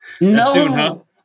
No